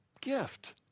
gift